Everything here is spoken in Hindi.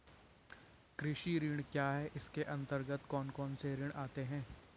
कृषि ऋण क्या है इसके अन्तर्गत कौन कौनसे ऋण आते हैं?